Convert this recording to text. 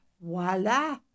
Voila